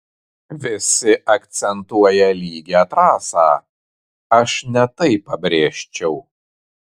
visi akcentuoja lygią trasą aš ne tai pabrėžčiau